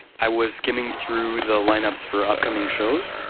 i was skimming through the lineups for upcoming shows.